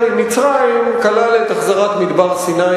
כולם מדברים על דיור בר-השגה,